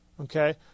Okay